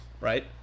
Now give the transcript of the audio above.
right